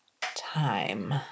time